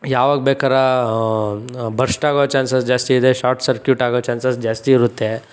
ಯಾವಾಗ ಬೇಕಾರ ಬರ್ಶ್ಟ್ ಆಗೋ ಚಾನ್ಸಸ್ ಜಾಸ್ತಿ ಇದೆ ಶಾರ್ಟ್ ಸರ್ಕ್ಯೂಟ್ ಆಗೋ ಚಾನ್ಸಸ್ ಜಾಸ್ತಿ ಇರುತ್ತೆ